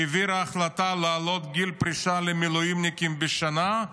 והעבירה החלטה להעלות את גיל הפרישה למילואימניקים בשנה.